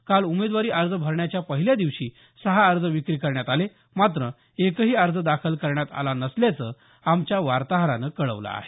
काल उमेदवारी अर्ज भरण्याच्या पहिल्या दिवशी सहा अर्ज विक्री करण्यात आले मात्र एकही अर्ज दाखल करण्यात आला नसल्याचं आमच्या वार्ताहरानं कळवलं आहे